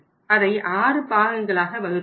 அதை ஆறு பாகங்களாக வகுத்துள்ளனர்